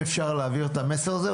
משרד התחבורה, אתם תעבירו את המסר הזה?